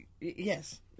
yes